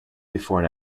before